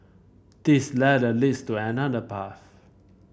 this ladder leads to another path